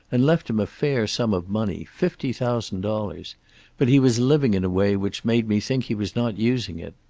and left him a fair sum of money, fifty thousand dollars but he was living in a way which made me think he was not using it.